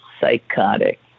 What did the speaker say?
psychotic